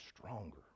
stronger